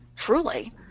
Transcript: Truly